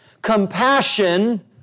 compassion